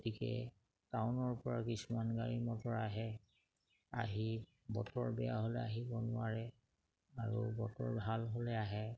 গতিকে টাউনৰ পৰা কিছুমান গাড়ী মটৰ আহে আহি বতৰ বেয়া হ'লে আহিব নোৱাৰে আৰু বতৰ ভাল হ'লে আহে